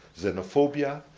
xenophobia,